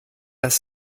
das